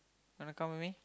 wanna come with me